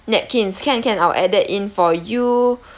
napkins can can I'll add that in for you